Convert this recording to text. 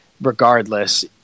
regardless